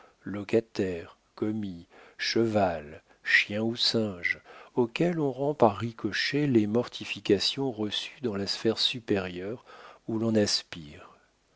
locataire commis cheval chien ou singe auxquels on rend par ricochet les mortifications reçues dans la sphère supérieure où l'on aspire